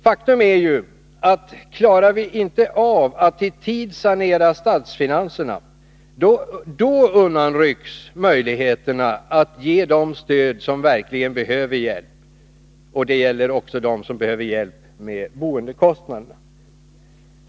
Faktum är ju att klarar vi inte av att i tid sanera statsfinanserna, då undanrycks möjligheterna att ge dem stöd som verkligen behöver hjälp, bl.a. med boendekostnaderna.